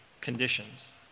conditions